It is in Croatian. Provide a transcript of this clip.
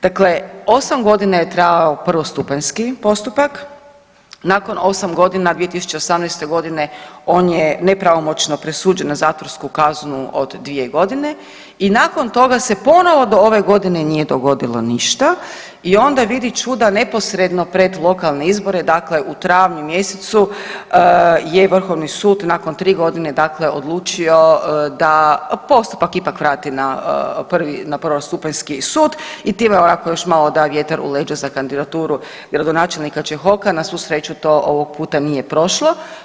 Dakle, 8.g. je trajao prvostupanjski postupak, nakon 8.g. 2018.g. on je nepravomoćno presuđen na zatvorsku kaznu od 2.g. i nakon toga se ponovo do ove godine nije dogodilo ništa i onda je vidi čuda neposredno pred lokalne izbore, dakle u travnju mjesecu je vrhovni sud nakon 3.g., dakle odlučio da postupak ipak vrati na prvostupanjski sud i time ovako još malo da vjetar u leđa za kandidaturu gradonačelnika Čehoka, na svu sreću to ovog puta nije prošlo.